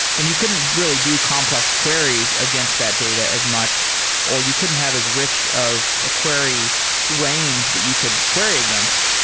and you couldn't really do complex queries against that data as much or you couldn't have as rich of a query range that you could query against.